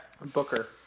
Booker